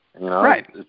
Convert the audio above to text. Right